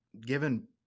given